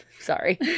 Sorry